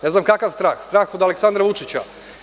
Ne znam kakav strah, strah od Aleksandra Vučića.